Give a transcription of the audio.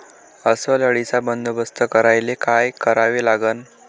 अस्वल अळीचा बंदोबस्त करायले काय करावे लागन?